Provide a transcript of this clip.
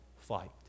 fight